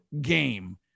game